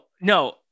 no